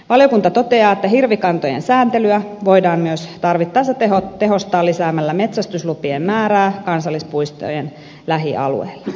valiokunta toteaa että hirvikantojen sääntelyä voidaan myös tarvittaessa tehostaa lisäämällä metsästyslupien määrää kansallispuistojen lähialueilla